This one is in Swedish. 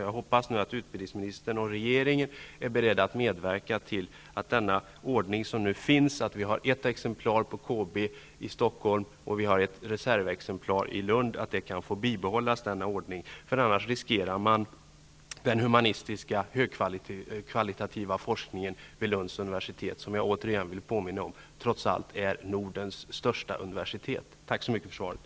Jag hoppas att utbildningsministern och regeringen är beredda att medverka till att den ordning som nu råder kan få bibehållas, att vi har ett exemplar på Annars riskerar man den humanistiska högkvalitativa forskningen vid Lunds universitet. Jag vill återigen påminna om att Lunds universitet är Nordens största universitet. Tack så mycket för svaret.